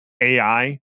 AI